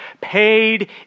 paid